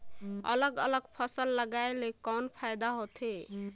अलग अलग फसल लगाय ले कौन फायदा होथे?